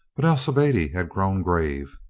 but alcibiade had grown grave.